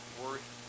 worth